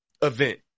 event